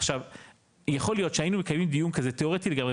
עכשיו יכול להיות שהיינו מקיימים דיון כזה תיאורטי לגמרי,